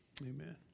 amen